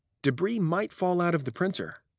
debris might fall out of the printer.